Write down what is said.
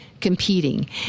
competing